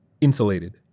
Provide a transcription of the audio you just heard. Insulated